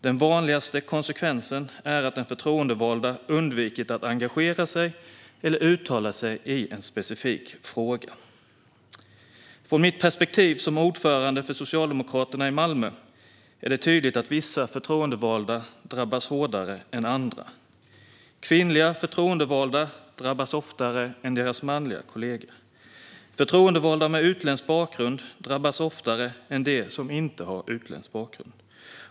Den vanligaste konsekvensen är att den förtroendevalda har undvikit att engagera sig eller att uttala sig i en specifik fråga. Från mitt perspektiv som ordförande för Socialdemokraterna i Malmö är det tydligt att vissa förtroendevalda drabbas hårdare än andra. Kvinnliga förtroendevalda drabbas oftare än deras manliga kollegor. Förtroendevalda med utländsk bakgrund drabbas oftare än de som inte har utländsk bakgrund.